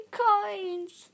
coins